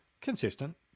consistent